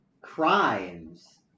Crimes